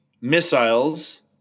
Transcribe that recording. missiles